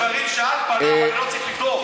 יש דברים שעל פניו אני לא צריך לבדוק.